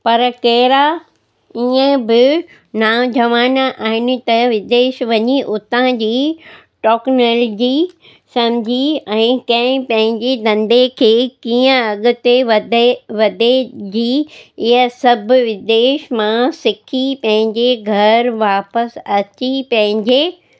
पर कहिड़ा ईअं बि नौजवान आहिनि त विदेश वञी उतां जी टॉक्नोलॉजी सम्झी ऐं कंहिं पंहिंजी धंधे खे कीअं अॻिते वधए वधे जी ईअं सभु विदेश मां सिखी पंहिंजे घरु वापसि अची पंहिंजे